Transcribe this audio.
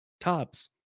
tops